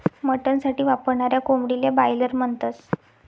mutton साठी वापरनाऱ्या कोंबडीले बायलर म्हणतस